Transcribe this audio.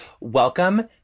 welcome